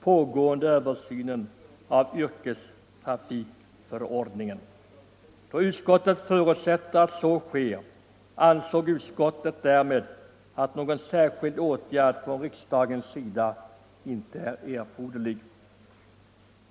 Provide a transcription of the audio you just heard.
pågående översynen av yrkestrafikförordningen. Då utskottet förutsätter att så sker, anser utskottet att någon särskild åtgärd från riksdagens sida inte är erforderlig.